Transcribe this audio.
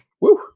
Woo